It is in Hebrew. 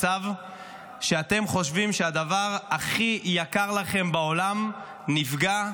מצב שאתם חושבים שהדבר הכי יקר לכם בעולם נפגע,